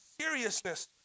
seriousness